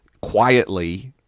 quietly